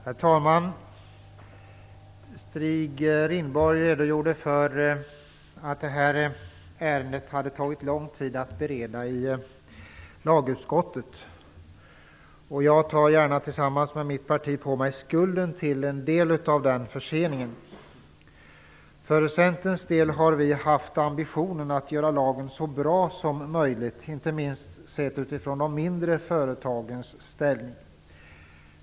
Herr talman! Stig Rindborg redogjorde för att detta ärende hade tagit lång tid att bereda i lagutskottet. Jag tar gärna, tillsammans med mitt parti, på mig skulden till en del av den förseningen. Vi i Centern har haft ambitionen att göra lagen så bra som möjligt, inte minst sett utifrån de mindre företagens ställning.